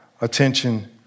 attention